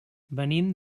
venim